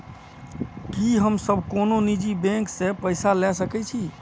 की हम सब कोनो निजी बैंक से पैसा ले सके छी?